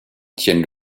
tiennent